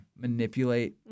manipulate